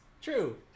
True